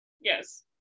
Yes